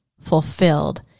fulfilled